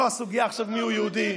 לא הסוגיה עכשיו מיהו יהודי.